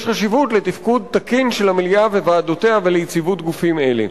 יש חשיבות לתפקוד תקין של המליאה וועדותיה וליציבות של גופים אלה.